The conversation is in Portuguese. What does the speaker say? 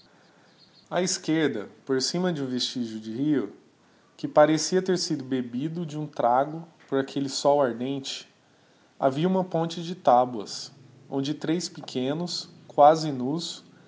a esquerda por cima de um vestígio de rio que parecia ter sido bebido de um trago por aquelle sol ardente havia uma ponte de taboas onde três pequenos quasi nús